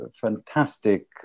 fantastic